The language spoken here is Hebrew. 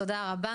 תודה רבה.